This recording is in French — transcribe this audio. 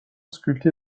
sculpté